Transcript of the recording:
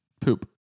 poop